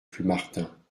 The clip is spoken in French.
plumartin